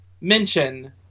mention